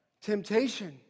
Temptation